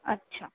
اچھا